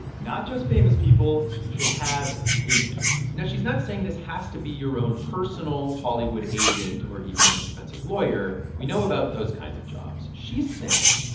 not just famous people, should have agents now she's not saying this has to be your own personal hollywood agent, or even an expensive lawyer. we know about those kinds of jobs. she's saying,